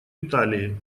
италии